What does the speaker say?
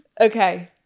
Okay